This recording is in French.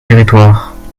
territoires